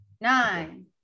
Nine